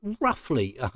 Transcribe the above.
roughly